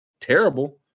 terrible